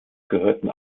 gehörten